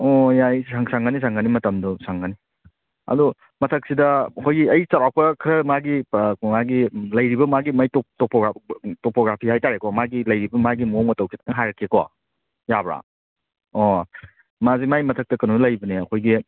ꯑꯣ ꯌꯥꯏ ꯁꯪꯒꯅꯤ ꯁꯪꯒꯅꯤ ꯃꯇꯝꯗꯣ ꯁꯪꯒꯅꯤ ꯑꯗꯣ ꯃꯊꯛꯁꯤꯗ ꯑꯩꯈꯣꯏꯒꯤ ꯑꯩ ꯆꯧꯔꯛꯄ ꯈꯔ ꯃꯥꯒꯤ ꯃꯥꯒꯤ ꯂꯩꯔꯤꯕ ꯃꯥꯒꯤ ꯃꯥꯏ ꯇꯣꯄꯣꯒ꯭ꯔꯥꯐꯤ ꯍꯥꯏꯇꯥꯔꯦꯀꯣ ꯃꯥꯒꯤ ꯂꯩꯔꯤꯕ ꯃꯥꯒꯤ ꯃꯑꯣꯡ ꯃꯇꯧꯁꯦ ꯈꯤꯇꯪ ꯍꯥꯏꯔꯛꯀꯦꯀꯣ ꯌꯥꯕ꯭ꯔꯥ ꯑꯣ ꯃꯥꯁꯦ ꯃꯥꯏ ꯃꯊꯛꯇ ꯀꯩꯅꯣ ꯂꯩꯕꯅꯦ ꯑꯩꯈꯣꯏꯒꯤ